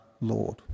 Lord